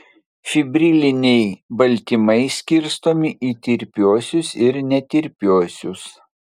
fibriliniai baltymai skirstomi į tirpiuosius ir netirpiuosius